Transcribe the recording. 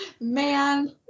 man